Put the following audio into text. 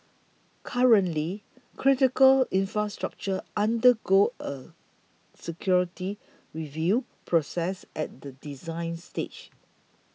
currently critical infrastructure undergo a security review process at the design stage